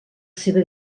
seva